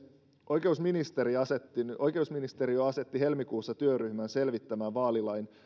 oikeusministeriö asetti oikeusministeriö asetti helmikuussa työryhmän selvittämään vaalilain